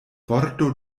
vorto